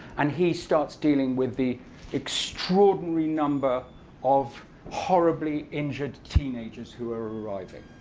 and he starts dealing with the extraordinary number of horribly injured teenagers who were arriving.